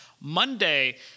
Monday